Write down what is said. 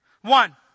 One